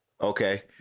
Okay